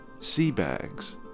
Seabags